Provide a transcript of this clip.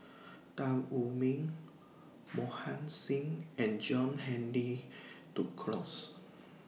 Tan Wu Meng Mohan Singh and John Henry Duclos